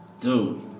dude